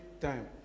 time